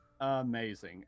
amazing